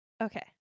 Okay